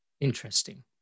interesting